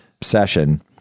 session